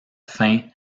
fin